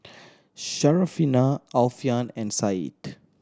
Syarafina Alfian and Said